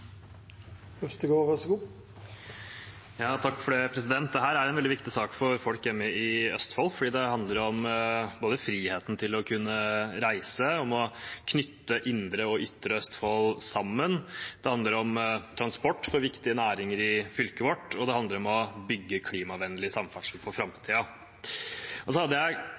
er en veldig viktig sak for folk hjemme i Østfold. Det handler både om friheten til å kunne reise og om å knytte indre og ytre Østfold sammen. Det handler om transport for viktige næringer i fylket vårt, og det handler om å bygge klimavennlig samferdsel for framtiden. Jeg hadde